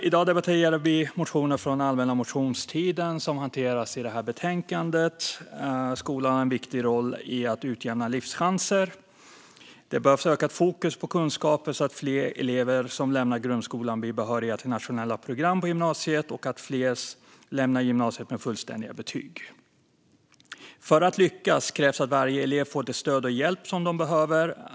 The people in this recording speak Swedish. I dag debatterar vi motioner från allmänna motionstiden som hanteras i detta betänkande. Skolan har en viktig roll i att utjämna livschanser. Det behövs ökat fokus på kunskaper så att fler elever som lämnar grundskolan blir behöriga till nationella program på gymnasiet och fler lämnar gymnasiet med fullständiga betyg. För att lyckas krävs att alla elever får det stöd och den hjälp som de behöver.